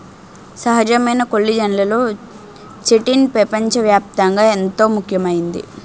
సహజమైన కొల్లిజన్లలో చిటిన్ పెపంచ వ్యాప్తంగా ఎంతో ముఖ్యమైంది